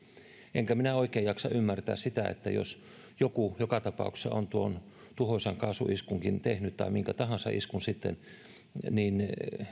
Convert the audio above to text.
enkä minä oikein jaksa ymmärtää sitä että jos joku joka tapauksessa on tuonkin tuhoisan kaasuiskun tehnyt tai minkä tahansa iskun niin